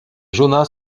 jonas